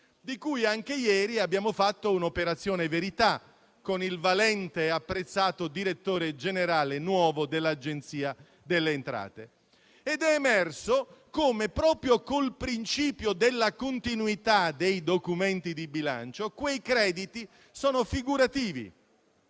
di cui anche ieri abbiamo fatto un'operazione verità con il valente e apprezzato nuovo direttore generale dell'Agenzia delle entrate. È emerso come, proprio con il principio della continuità dei documenti di bilancio, quei crediti sono figurativi,